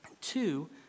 two